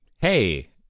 hey